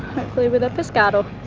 hopefully with a pescado.